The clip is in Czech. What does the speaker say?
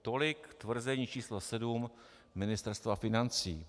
Tolik tvrzení číslo 7 Ministerstva financí.